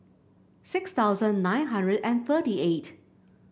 six thousand nine hundred and thirty eight